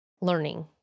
learning